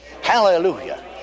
Hallelujah